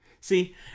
See